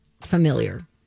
familiar